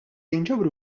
jinġabru